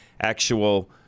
actual